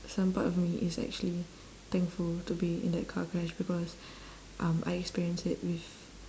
some part of me is actually thankful to be in that car crash because um I experienced it with